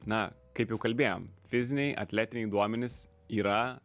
na kaip jau kalbėjom fiziniai atletei duomenys yra